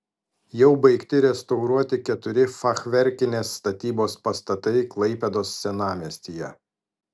jau baigti restauruoti keturi fachverkinės statybos pastatai klaipėdos senamiestyje